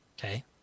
Okay